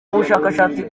bushakashatsi